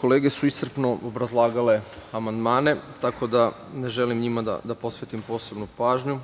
kolege su iscrpno obrazlagale amandmane, tako da ne želim njima da posvetim posebnu pažnju,